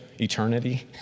eternity